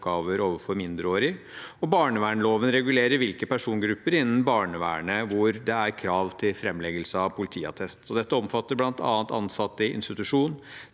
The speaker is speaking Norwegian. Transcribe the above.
overfor mindreårige, og barnevernsloven regulerer hvilke persongrupper innen barnevernet hvor det er krav til framleggelse av politiattest. Dette omfatter bl.a. ansatte i institusjon,